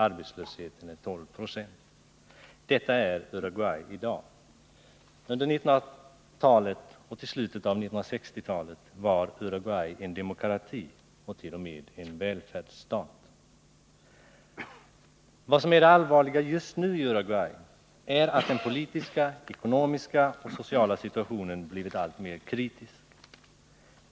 Arbetslösheten är 12 96. Detta är Uruguay i dag. Under början av 1900-talet, fram till slutet av 1960-talet, var Uruguay en demokrati och t.o.m. en välfärdsstat. I dag är bilden en annan, och vad som just nu är det allvarliga i Uruguay är att den politiska, ekonomiska och sociala situationen blivit alltmer kritisk.